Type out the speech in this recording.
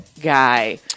guy